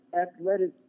athletic